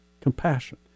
compassion